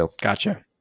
Gotcha